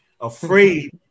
afraid